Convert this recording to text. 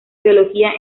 teología